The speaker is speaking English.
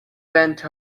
bent